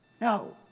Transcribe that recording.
No